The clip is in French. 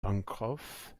pencroff